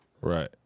Right